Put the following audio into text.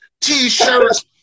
T-shirts